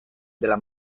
della